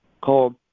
called